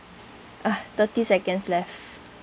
ah thirty seconds left